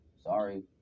Sorry